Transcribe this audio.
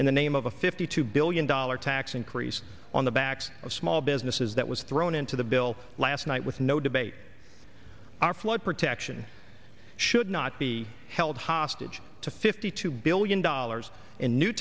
in the name of a fifty two billion dollars tax increase on the backs of small businesses that was thrown into the bill last night with no debate are flood protection should not be held hostage to fifty two billion dollars in new